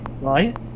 right